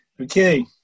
Okay